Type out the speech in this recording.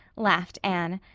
laughed anne.